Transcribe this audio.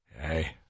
Hey